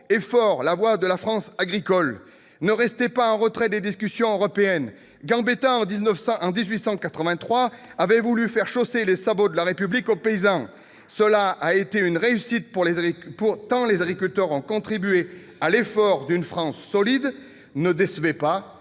fort la voix de la France agricole ! Ne restez pas en retrait des discussions européennes ! Gambetta, en 1883, avait voulu faire chausser les sabots de la République aux paysans ; cela a été une réussite, tant les agriculteurs ont contribué à l'effort pour faire une France solide. Ne les décevez pas,